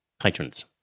patrons